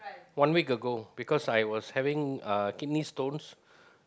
one week ago because I was having kidney stones